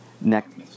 next